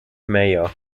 mayor